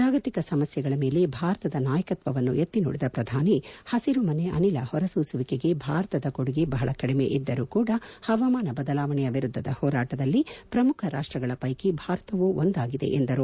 ಜಾಗತಿಕ ಸಮಸ್ಯೆಗಳ ಮೇಲೆ ಭಾರತದ ನಾಯಕತ್ಸವನ್ನು ಎತ್ತಿ ನುಡಿದ ಪ್ರಧಾನಿ ಹಸಿರು ಮನೆ ಅನಿಲ ಹೊರಸೂಸುವಿಕೆಗೆ ಭಾರತದ ಕೊಡುಗೆ ಬಹಳ ಕಡಿಮೆ ಇದ್ದರೂ ಕೂಡ ಹವಾಮಾನ ಬದಲಾವಣೆಯ ವಿರುದ್ಲದ ಹೋರಾಟದಲ್ಲಿ ಪ್ರಮುಖ ರಾಷ್ಟಗಳ ಪ್ವೆಕಿ ಭಾರತವೂ ಒಂದಾಗಿದೆ ಎಂದರು